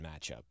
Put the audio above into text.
matchup